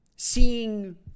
Seeing